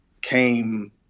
came